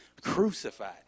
crucified